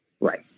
Right